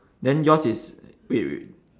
then yours is wait wait